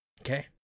Okay